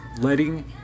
Letting